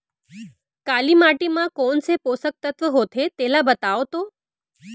काली माटी म कोन से पोसक तत्व होथे तेला बताओ तो?